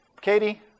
Katie